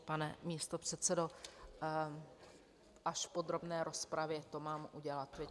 Pane místopředsedo, až v podrobné rozpravě to mám udělat, viďte?